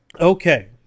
Okay